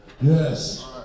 Yes